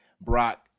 Brock